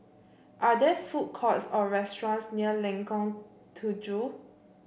are there food courts or restaurants near Lengkong Tujuh